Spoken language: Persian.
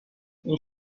این